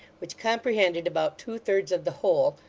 which comprehended about two-thirds of the whole,